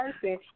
person